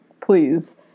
please